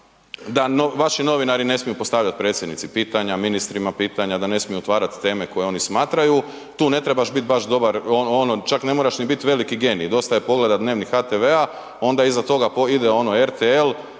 da vaši novinari ne smiju postavljati Predsjednici pitanja, ministrima pitanja, da ne smiju otvarat teme koje oni smatraju, tu ne trebaš bit baš dobar ono čak ne ni moraš bit velik genij, dosta je pogledat Dnevnik HTV-a, onda iza toga ide ono